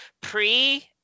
pre